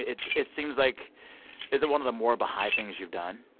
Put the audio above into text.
it it seems like is it one of the more baha'i things you've done?